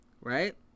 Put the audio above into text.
right